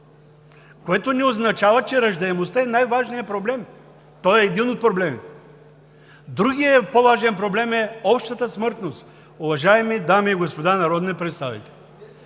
което не означава, че раждаемостта е най-важният проблем. Той е един от проблемите. Другият по-важен проблем е общата смъртност. Уважаеми дами и господа народни представители,